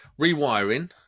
rewiring